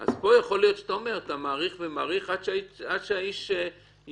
יכול להיות שאתה אומר שאתה מאריך ומאריך עד שהאיש יבוא,